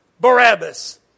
Barabbas